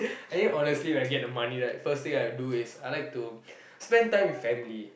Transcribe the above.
I mean honestly right get the money right first thing I do is I like to spend time with family